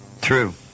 True